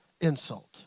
insult